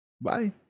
Bye